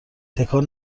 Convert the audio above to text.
تکان